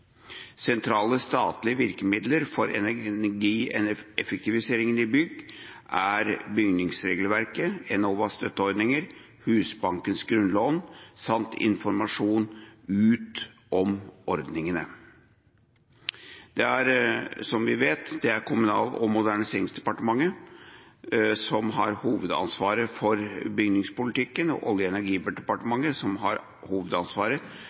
Sentrale statlige virkemidler for energieffektiviseringen i bygg er bygningsregelverket, Enovas støtteordninger, Husbankens grunnlån samt informasjon ut om ordningene. Som vi vet, er det Kommunal- og moderniseringsdepartementet som har hovedansvaret for bygningspolitikken, og Olje- og energidepartementet som har hovedansvaret